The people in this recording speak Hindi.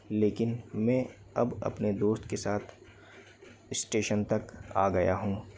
लेकिन मैं अब अपने दोस्त के साथ स्टेशन तक आ गया हूँ